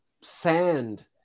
sand